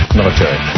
military